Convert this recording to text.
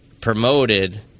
promoted